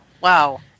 wow